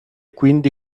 quindi